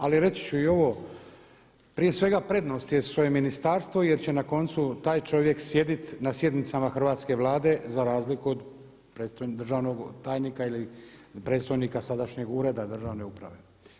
Ali reći ću i ovo, prije svega prednost je svoje ministarstvo jer će na koncu taj čovjek sjedit na sjednicama Hrvatske vlade za razliku od državnog tajnika ili predstojnika sadašnjeg Ureda državne uprave.